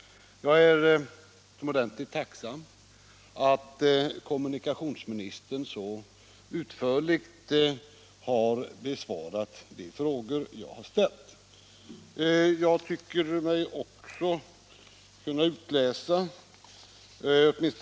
Jag är utomordentligt tacksam för att kommunikationsministern så utförligt besvarat de frågor jag har ställt.